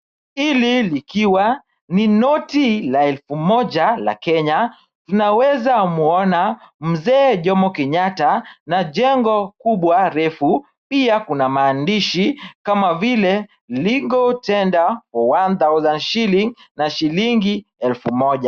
Hili likiwa ni noti la elfu moja la Kenya, tunaweza mwona mzee Jomo Kenyatta na jengo kubwa refu. Pia kuna maandishi kama vile liko tender one thousand shilling na shilingi elfu moja.